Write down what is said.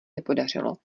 nepodařilo